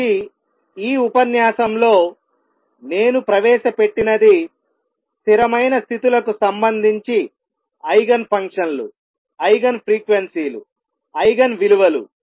కాబట్టి ఈ ఉపన్యాసంలో నేను ప్రవేశపెట్టినది స్థిరమైన స్థితులకు సంబంధించి ఐగెన్ ఫంక్షన్లుఐగెన్ ఫ్రీక్వెన్సీలుఐగెన్ విలువలు